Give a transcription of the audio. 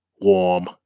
warm